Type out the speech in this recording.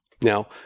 Now